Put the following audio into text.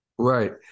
Right